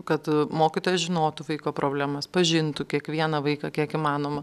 kad mokytojas žinotų vaiko problemas pažintų kiekvieną vaiką kiek įmanoma